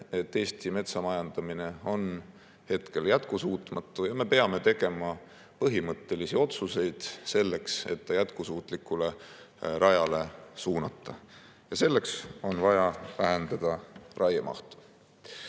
et Eesti metsa majandamine on hetkel jätkusuutmatu. Me peame tegema põhimõttelisi otsuseid, et ta jätkusuutlikule rajale suunata. Ja selleks on vaja vähendada raiemahtu. On